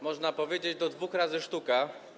Można powiedzieć: do dwóch razy sztuka.